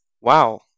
Wow